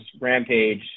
Rampage